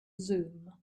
zoom